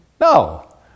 No